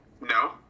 No